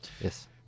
Yes